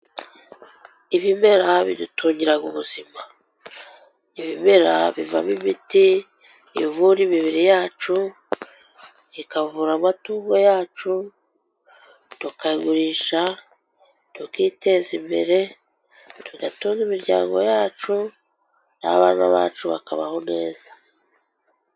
Ibimera bidutungira ubuzima, ibimera bivamo imiti ivura imibiri yacu, ikavura amatungo yacu. tukayagurisha tukiteza imbere tugatunga imiryango yacu n'abana bacu bakabaho neza.